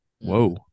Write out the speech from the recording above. whoa